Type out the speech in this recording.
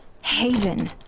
Haven